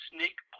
Snake